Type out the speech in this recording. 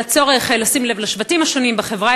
על הצורך לשים לב לשבטים השונים בחברה